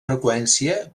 freqüència